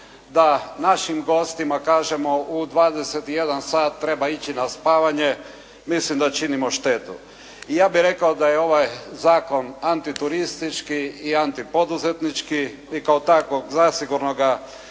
da našim gostima kažemo u 21 sat treba ići na spavanje, mislim da činimo štetu. I ja bih rekao da je ovaj zakon antituristički i antipoduzetnički i kao takvog zasigurno ga